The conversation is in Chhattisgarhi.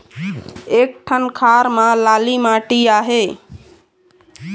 एक ठन खार म लाली माटी आहे?